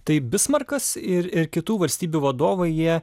tai bismarkas ir ir kitų valstybių vadovai jie